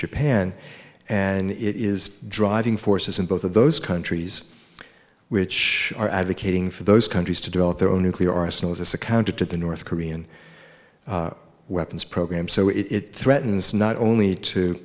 japan and it is driving forces in both of those countries which are advocating for those countries to develop their own nuclear arsenals as a counter to the north korean weapons program so it threatens not only